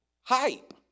hype